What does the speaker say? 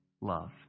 love